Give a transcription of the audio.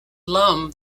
lum